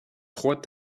trois